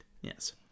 Yes